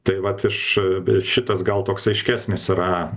tai vat iš v šitas gal toks aiškesnis yra